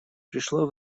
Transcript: пришло